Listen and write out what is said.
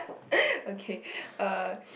okay uh